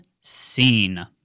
scene